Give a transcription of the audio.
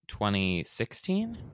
2016